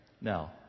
Now